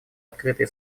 открытые